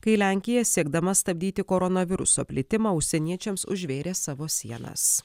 kai lenkija siekdama stabdyti koronaviruso plitimą užsieniečiams užvėrė savo sienas